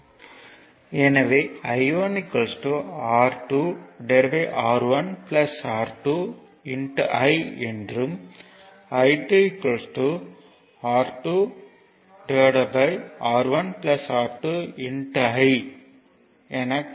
எனவே I1 R2R1 R2 I என்றும் I2 R2R1 R2 I என கிடைக்கும்